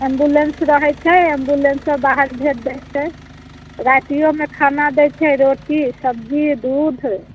ambulance रहैत छै एम्बुलेंससँ बाहर भेज दय छै रातियोमे खाना दय छै रोटी सब्जी दूध